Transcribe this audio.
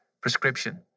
prescription